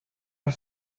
are